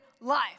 life